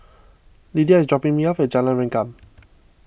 Lidia is dropping me off at Jalan Rengkam